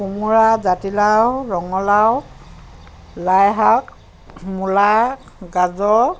কোমোৰা জাতিলাও ৰঙালাও লাইশাক মূলা গাজৰ